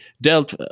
dealt